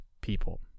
people